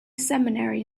seminary